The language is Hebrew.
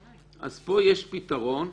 אז פה יש פתרון.